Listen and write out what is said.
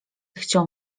chciał